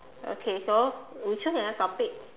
okay so we choose another topic